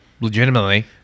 legitimately